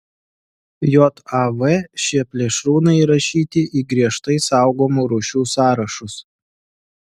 jav šie plėšrūnai įrašyti į griežtai saugomų rūšių sąrašus